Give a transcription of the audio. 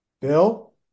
Bill